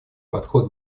подход